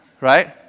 Right